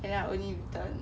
and then I only return